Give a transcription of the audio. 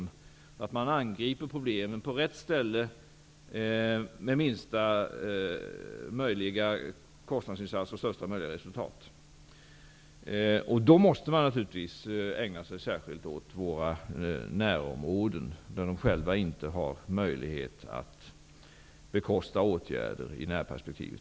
Det innebär att man angriper problemen på rätt ställe, med minsta möjliga kostnader och största möjliga resultat. Då måste vi ägna oss särskilt åt vårt närområde, där andra länder inte själva har möjlighet att bekosta åtgärder i närperspektivet.